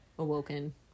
Awoken